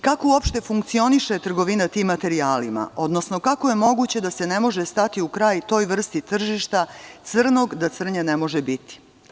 Kako uopšte funkcioniše trgovina tim materijalima, odnosno kako je moguće da se ne može stati u kraj toj vrsti tržišta crnog da crnje ne može biti?